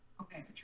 Okay